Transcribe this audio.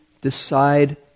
decide